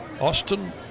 Austin